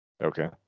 Okay